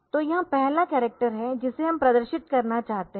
तो यह पहला कॅरक्टर है जिसे हम प्रदर्शित करना चाहते है